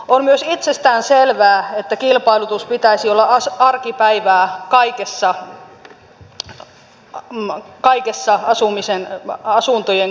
on myös itsestään selvää että kilpailutuksen pitäisi olla arkipäivää kaikessa asuntojen korjauksessa